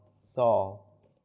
Saul